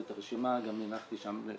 ואת הרשימה גם הנחתי לפנייך,